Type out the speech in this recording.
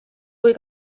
kui